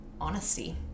honesty